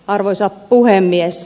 arvoisa puhemies